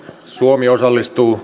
suomi osallistuu